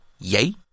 yay